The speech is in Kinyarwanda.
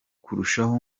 kurushaho